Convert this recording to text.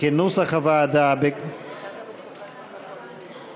כנוסח הוועדה, לא.